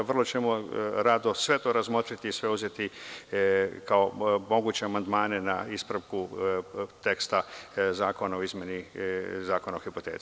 Vrlo ćemo rado sve to razmotriti i sve uzeti kao moguće amandmane na ispravku teksta zakona o izmeni Zakona o hipoteci.